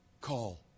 call